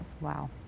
Wow